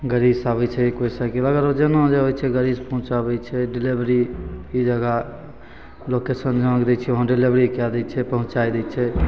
गाड़ीसे आबै छै कोइ साइकिल अगर ओ जेना जे होइ छै गाड़ीसे पहुँचाबै छै डिलेवरी ई जगह लोकेशन जहाँके दै छिए वहाँ डिलेवरी कै दै छै पहुँचै दै छै